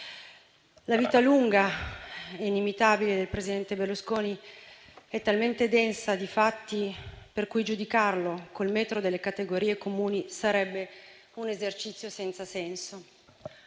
La vita lunga e inimitabile del presidente Berlusconi è talmente densa di fatti che giudicarlo col metro delle categorie comuni sarebbe un esercizio senza senso.